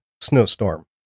snowstorm